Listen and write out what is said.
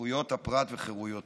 זכויות הפרט וחירויותיו